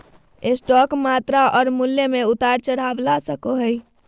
stock मात्रा और मूल्य में उतार चढ़ाव ला सको हइ